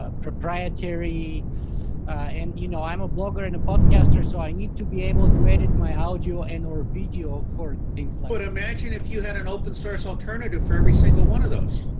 ah proprietary and you know i am a blogger and a podcaster so i need to be able to edit my audio and or video for things like that. but, imagine if you had an open source alternative for every single one of those.